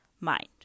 mind